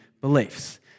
beliefs